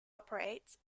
operates